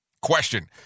Question